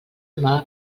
humà